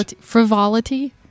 frivolity